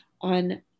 on